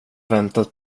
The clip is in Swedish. väntat